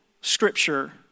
scripture